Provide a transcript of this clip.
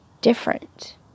different